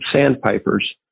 sandpipers